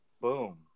Boom